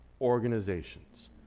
organizations